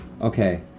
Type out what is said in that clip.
Okay